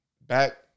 back